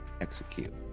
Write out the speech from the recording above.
execute